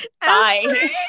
bye